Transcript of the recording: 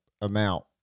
amount